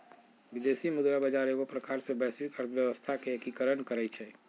विदेशी मुद्रा बजार एगो प्रकार से वैश्विक अर्थव्यवस्था के एकीकरण करइ छै